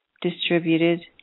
distributed